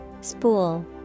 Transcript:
Spool